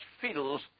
feels